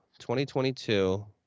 2022